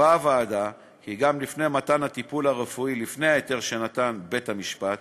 הוועדה קבעה כי גם לפני מתן הטיפול הרפואי לפי ההיתר שנתן בית-המשפט